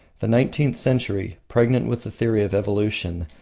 the nineteenth century, pregnant with the theory of evolution,